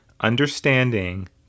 understanding